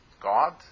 God